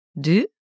Du